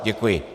Děkuji.